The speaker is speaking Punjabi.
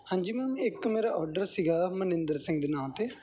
ਹਾਂਜੀ ਮੈਮ ਇੱਕ ਮੇਰਾ ਆਰਡਰ ਸੀਗਾ ਮਨਿੰਦਰ ਸਿੰਘ ਦੇ ਨਾਂ 'ਤੇ